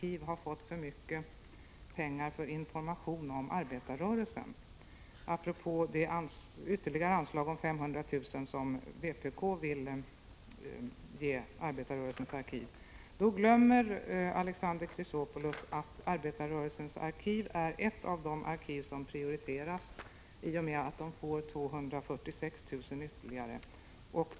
som vpk vill ge Arbetarrörelsens arkiv, om vi tycker att Arbetarrörelsens arkiv har fått för mycket pengar för information om 57 arbetarrörelsen. Men då glömmer Alexander Chrisopoulos att Arbetarrörelsens arkiv är ett av de arkiv som prioriteras i och med att det får 246 000 kr. ytterligare.